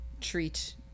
Treat